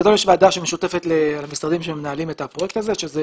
יש ועדה שמשותפת למשרדים שמנהלים את הפרויקט הזה שהם